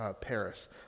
Paris